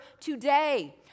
today